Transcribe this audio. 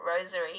rosary